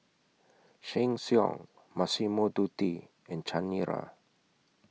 Sheng Siong Massimo Dutti and Chanira